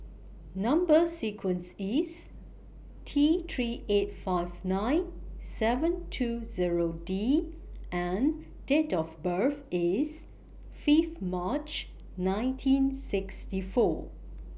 Number sequence IS T three eight five nine seven two Zero D and Date of birth IS five March nineteen sixty four